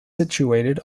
situated